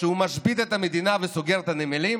שהוא משבית את המדינה וסוגר את הנמלים,